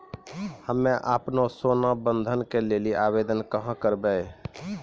हम्मे आपनौ सोना बंधन के लेली आवेदन कहाँ करवै?